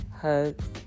hugs